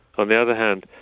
on the other hand,